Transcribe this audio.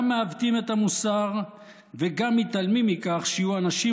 גם מעוותים את המוסר וגם מתעלמים מכך שיהיו אנשים